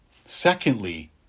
Secondly